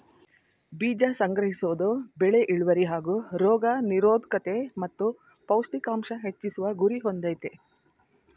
ಬೀಜ ಸಂಗ್ರಹಿಸೋದು ಬೆಳೆ ಇಳ್ವರಿ ಹಾಗೂ ರೋಗ ನಿರೋದ್ಕತೆ ಮತ್ತು ಪೌಷ್ಟಿಕಾಂಶ ಹೆಚ್ಚಿಸುವ ಗುರಿ ಹೊಂದಯ್ತೆ